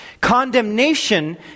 Condemnation